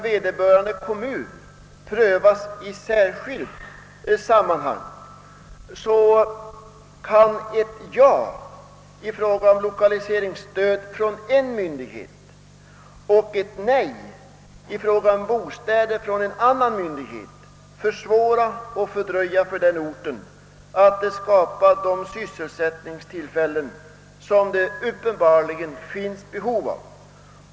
Bostadsfrågan prövas i särskilt sammanhang, och samma kommun kan därför få ett ja i fråga om lokaliseringsstöd från en myndighet och ett nej i fråga om bostadsbyggande från en annan myndighet, vilket försvårar eller i varje fall fördröjer skapandet av sysselsättningstillfällen som det uppenbarligen finns behov av.